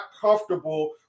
comfortable